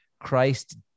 christ